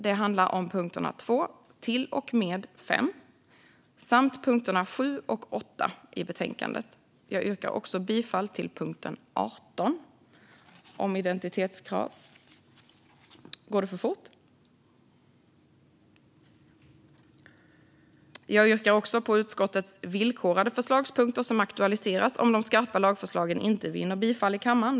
Det handlar om punkterna 2 till och med 5 samt punkterna 7 och 8 i betänkandet. Jag yrkar också bifall till punkt 18 om identitetskrav. Jag yrkar också bifall till utskottets villkorade förslagspunkter som aktualiseras om de skarpa lagförslagen inte vinner bifall i kammaren.